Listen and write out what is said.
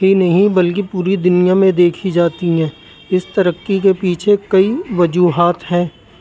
ہی نہیں بلکہ پوری دنیا میں دیکھی جاتی ہیں اس ترقی کے پیچھے کئی وجوہات ہیں